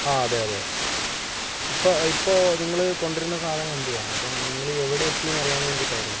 ആ അതെ അതെ ഇപ്പോൾ ഇപ്പോൾ നിങ്ങള് കൊണ്ടുവരുന്ന സാധനം എൻ്റെയാണ് അപ്പോൾ നിങ്ങള് എവിടെത്തി എന്നറിയാൻ വേണ്ടിയിട്ടായിരുന്നേ